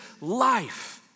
life